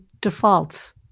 defaults